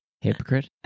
hypocrite